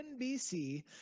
NBC